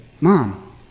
Mom